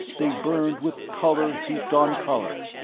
they burned with color heaped on color